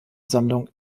sammlung